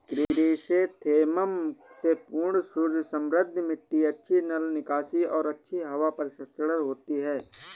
chrysanthemum में पूर्ण सूर्य समृद्ध मिट्टी अच्छी जल निकासी और अच्छी हवा परिसंचरण होती है